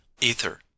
ether